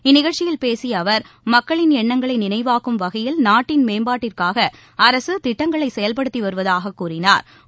இந்நிகழ்ச்சியில் பேசிய அவர் மக்களின் எண்ணங்களை நினைவாக்கும் வகையில் நாட்டின் மேம்பாட்டிற்காக அரசு திட்டங்களை செயல்படுத்தி வருவதாக கூறினாா்